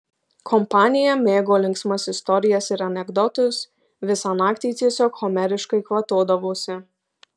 kompanija mėgo linksmas istorijas ir anekdotus visą naktį tiesiog homeriškai kvatodavosi